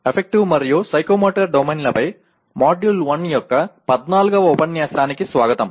affective మరియు psychomotor డొమైన్లపై module 1 యొక్క 14వ ఉపన్యాసానికి స్వాగతం